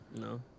No